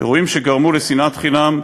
אירועים שגרמו לשנאת חינם,